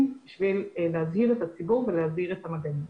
כדי להזהיר את הציבור ולהזהיר את המגעים.